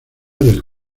del